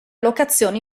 locazione